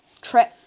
trip